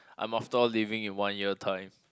I'm after all leaving in one year time